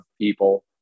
people